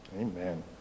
Amen